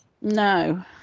No